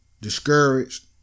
discouraged